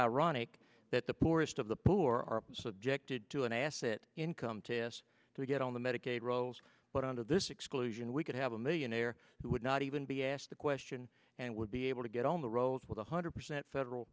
ironic that the poorest of the poor are subjected to an assett income test to get on the medicaid rolls but under this exclusion we could have a millionaire who would not even be asked the question and would be able to get on the rolls with one hundred percent federal